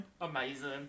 amazing